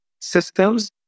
systems